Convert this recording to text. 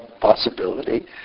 possibility